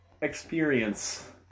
experience